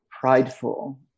prideful